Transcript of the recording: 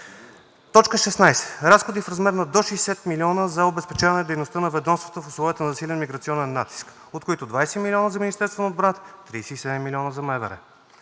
„Точка 16. Разходи в размер на до 60 милиона за обезпечаване на дейността на ведомствата в условията на засилен миграционен натиск, от които 20 милиона за Министерството на отбраната, 37 милиона за МВР.“